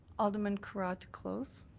alderman carra to close.